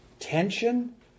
Tension